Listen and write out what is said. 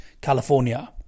California